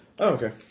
okay